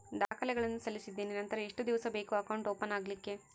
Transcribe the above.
ದಾಖಲೆಗಳನ್ನು ಸಲ್ಲಿಸಿದ್ದೇನೆ ನಂತರ ಎಷ್ಟು ದಿವಸ ಬೇಕು ಅಕೌಂಟ್ ಓಪನ್ ಆಗಲಿಕ್ಕೆ?